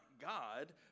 God